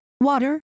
water